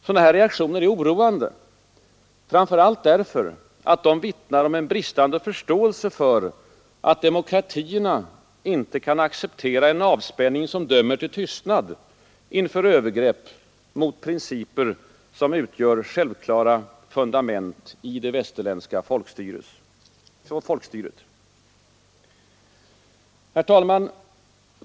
Sådana reaktioner är oroande, framför allt därför att de vittnar om en bristande förståelse för att demokratierna inte kan acceptera en avspänning som dömer till tystnad inför övergrepp mot principer som utgör självklara fundament i det västerländska folkstyret. Herr talman!